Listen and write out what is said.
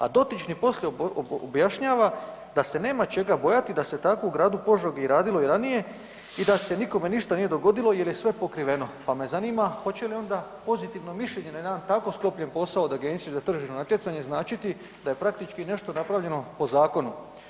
A dotični poslije objašnjava da se nema čega bojati da se tako i u Gradu Požegi radilo i ranije i da se nikome ništa nije dogodilo jer je sve pokriveno“, pa me zanima hoće li onda pozitivno mišljenje na jedan tako sklopljen posao od Agencije za tržišno natjecanje značiti da je praktički nešto napravljeno po zakonu?